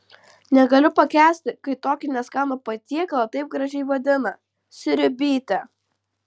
negaliu pakęsti kai tokį neskanų patiekalą taip gražiai vadina sriubytė